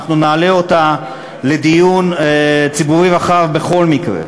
אנחנו נעלה אותה לדיון ציבורי רחב בכל מקרה.